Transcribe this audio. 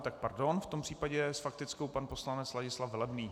Tak pardon, v tom případě s faktickou pan poslanec Ladislav Velebný.